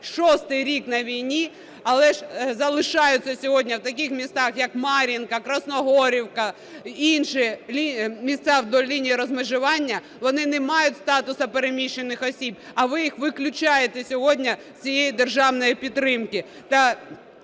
шостий рік на війні, але залишаються сьогодні в таких містах, як Мар'їнка, Красногорівка і в інших місцях вдоль лінії розмежування, вони не мають статусу переміщених осіб. А ви їх виключаєте сьогодні з цієї державної підтримки.